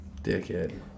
Dickhead